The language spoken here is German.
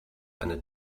eine